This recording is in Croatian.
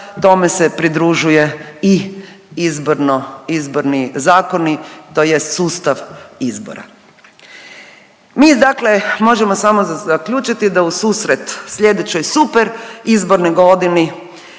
tome se pridružuje i izborni zakoni, tj. sustav izbora. Mi dakle, možemo samo zaključiti da ususret sljedećoj super izbornoj godini